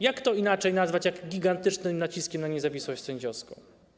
Jak to inaczej nazwać, jeśli nie gigantycznym naciskiem na niezawisłość sędziowską.